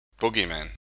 Boogeyman